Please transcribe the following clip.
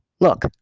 Look